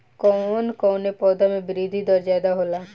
कवन कवने पौधा में वृद्धि दर ज्यादा होला?